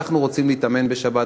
אנחנו רוצים להתאמן בשבת,